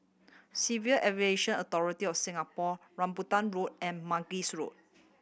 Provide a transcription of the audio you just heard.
Civil Aviation Authority of Singapore Rambutan Road and Mangis Road